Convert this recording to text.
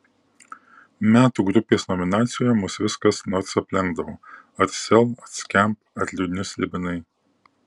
metų grupės nominacijoje mus vis kas nors aplenkdavo ar sel ar skamp ar liūdni slibinai